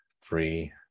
free